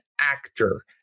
actor